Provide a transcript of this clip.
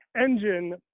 engine